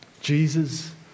Jesus